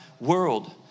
world